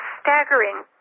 staggering